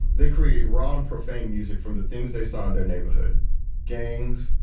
they created raw and profane music from the things they saw in their neighborhood gangs,